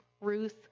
Ruth